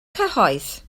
cyhoedd